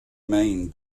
mean